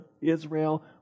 Israel